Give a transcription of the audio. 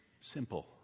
simple